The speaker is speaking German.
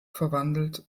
verwandelt